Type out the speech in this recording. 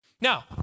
Now